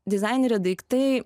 dizainerio daiktai